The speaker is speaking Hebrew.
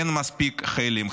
אין מספיק חיילים.